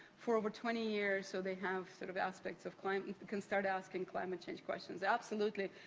for over twenty years. so, they have sort of aspects of climate, you can start asking climate change questions. absolutely,